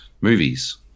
movies